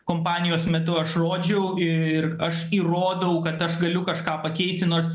kompanijos metu aš rodžiau ir aš įrodau kad aš galiu kažką pakeisti nors